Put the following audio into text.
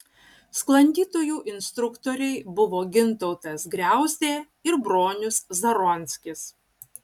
sklandytojų instruktoriai buvo gintautas griauzdė ir bronius zaronskis